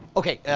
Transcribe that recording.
okay,